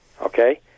okay